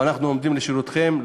ואנחנו עומדים לשירותכם,